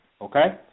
Okay